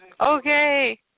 Okay